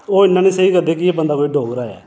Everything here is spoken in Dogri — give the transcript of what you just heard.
ओह् इन्ना निं सेही करदे कि एह् बंदा कोई डोगरा ऐ